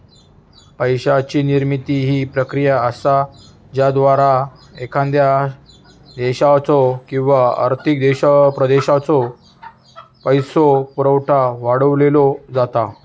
पैशाची निर्मिती ही प्रक्रिया असा ज्याद्वारा एखाद्या देशाचो किंवा आर्थिक प्रदेशाचो पैसो पुरवठा वाढवलो जाता